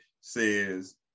says